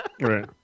Right